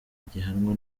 gihanwa